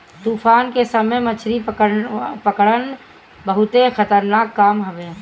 तूफान के समय मछरी पकड़ल बहुते खतरनाक काम हवे